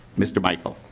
mr. michael.